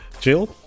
Jill